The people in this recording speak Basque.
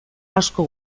asko